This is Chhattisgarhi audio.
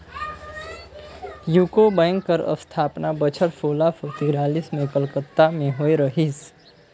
यूको बेंक कर असथापना बछर सोला सव तिरालिस में कलकत्ता में होए रहिस